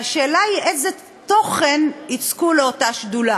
והשאלה היא איזה תוכן ייצקו לאותה ועדה.